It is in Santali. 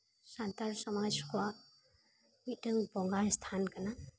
ᱥᱟᱱᱛᱟᱲ ᱥᱚᱢᱟᱡᱽ ᱠᱚᱣᱟᱜ ᱢᱤᱫᱴᱮᱱ ᱵᱚᱸᱜᱟ ᱥᱛᱷᱟᱱ ᱠᱟᱱᱟ